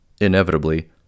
Inevitably